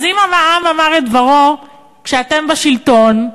אז אם העם אמר את דברו כשאתם בשלטון,